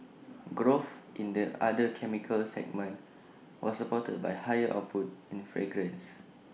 growth in the other chemicals segment was supported by higher output in fragrances